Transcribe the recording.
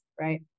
right